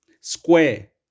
Square